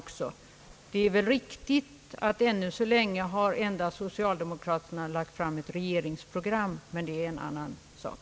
Det är väl riktigt att än så länge har endast socialdemokraterna lagt fram ett regeringsprogram, men det är en annan sak.